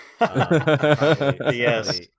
yes